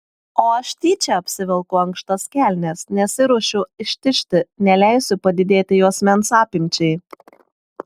o aš tyčia apsivelku ankštas kelnes nesiruošiu ištižti neleisiu padidėti juosmens apimčiai